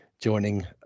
joining